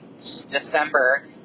December